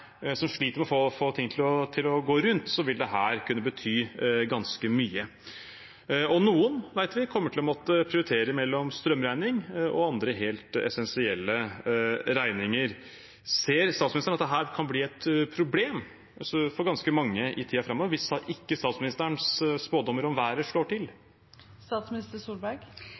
sliter med å få ting til å gå rundt, vil dette kunne bety ganske mye. Noen vet vi kommer til å måtte prioritere mellom strømregningen og andre helt essensielle regninger. Ser statsministeren at dette kan bli et problem for ganske mange i tiden framover hvis ikke statsministerens spådommer om været slår